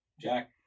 Jack